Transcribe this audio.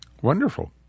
Wonderful